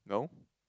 no